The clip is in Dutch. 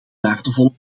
waardevolle